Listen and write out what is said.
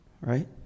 right